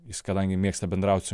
jis kadangi mėgsta bendraut su